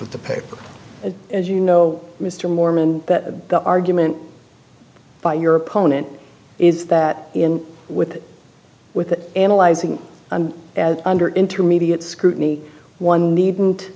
with the paper as you know mr mormon the argument by your opponent is that in with with analyzing and under intermediate scrutiny one needn't